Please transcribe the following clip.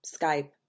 Skype